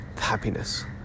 Happiness